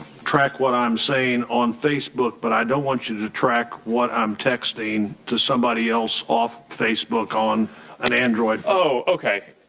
track what i'm saying on facebook, but i don't want you to track what i'm texting to somebody else off of facebook on an android. oh, okay.